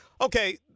Okay